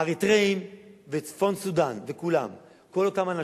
האריתריאים וצפון-סודנים, וכולם, כל אותם אנשים,